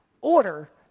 order